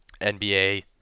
NBA